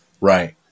right